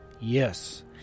Yes